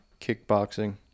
kickboxing